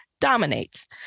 dominates